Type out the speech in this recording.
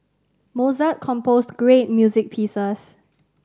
Mozart composed great music pieces